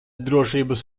drošības